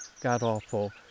god-awful